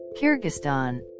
Kyrgyzstan